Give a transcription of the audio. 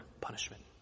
punishment